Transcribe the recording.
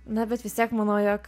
na bet vis tiek manau jog